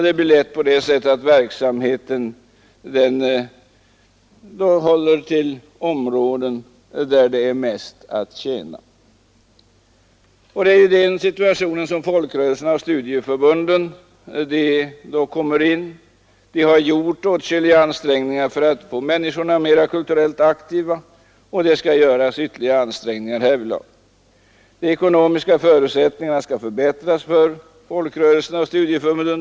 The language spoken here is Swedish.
Det blir lätt så att man inriktar verksamheten på de områden där det är mest att förtjäna. Det är i den situationen som folkrörelserna och studieförbunden kommer in. Vi har gjort åtskilliga ansträngningar för att få människorna mera kulturellt aktiva, och det skall göras ytterligare ansträngningar härvidlag. De ekonomiska förutsättningarna skall förbättras för folkrörelserna och studieförbunden.